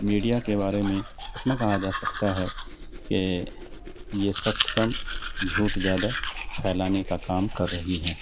media کے بارے میں اتنا کہا جا سکتا ہے کہ یہ سچ کم جھوٹ زیادہ پھیلانے کا کا م کر رہی ہیں